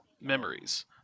Memories